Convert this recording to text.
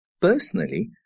Personally